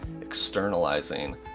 externalizing